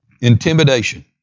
intimidation